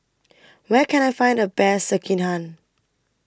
Where Can I Find The Best Sekihan